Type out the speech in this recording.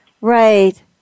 Right